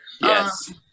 Yes